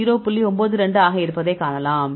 92 ஆக இருப்பதை காணலாம்